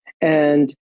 And-